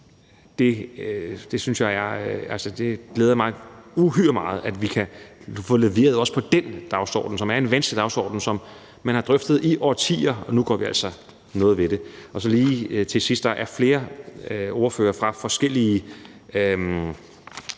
Det glæder mig uhyre meget, at vi også kan få leveret på den dagsorden, som er en vanskelig dagsorden, som man har drøftet i årtier. Nu gør vi altså noget ved det. Lige til sidst: Der er flere ordførere fra begge